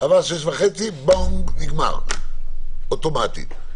עבר 18:30 בונג, נגמר, אוטומטית.